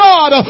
God